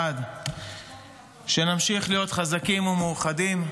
1. שנמשיך להיות חזקים ומאוחדים,